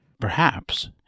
Perhaps